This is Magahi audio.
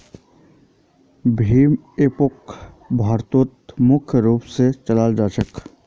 भीम एपोक भारतोत मुख्य रूप से चलाल जाहा